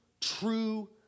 true